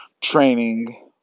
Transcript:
Training